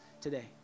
today